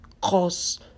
Cause